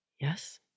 yes